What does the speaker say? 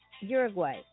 Uruguay